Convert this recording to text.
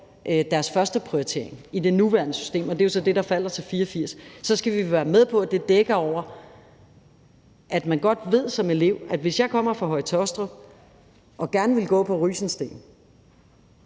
deres førsteprioritering i det nuværende system, og det er jo så det antal, der falder til 84 pct., så skal vi være med på, at det dækker over, at man godt ved som elev: Hvis jeg kommer fra Høje-Taastrup og gerne vil gå på Rysensteen